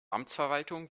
amtsverwaltung